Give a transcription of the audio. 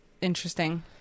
interesting